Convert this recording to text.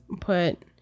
put